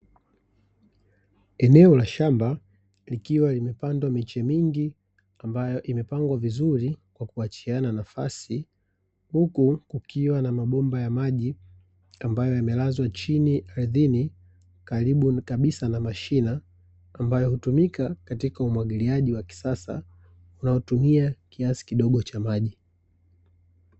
Eneo la shamba, likiwa limepandwa miche mingi ambayo imepangwa vizuri kwa kuachiana nafasi, huku kukiwa na mabomba ya maji ambayo yamelazwa chini ardhini, karibu kabisa na mashina ambayo hutumika katika umwagiliaji wa kisasa unaotumia kiasi kidogo cha maji.